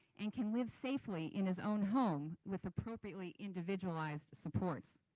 and can live safely in his own home with appropriately individualized supports.